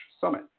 summit